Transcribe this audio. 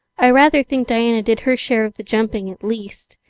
i rather think diana did her share of the jumping at least.